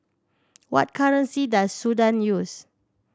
what currency does Sudan use